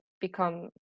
become